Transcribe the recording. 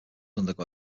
undergo